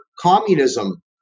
communism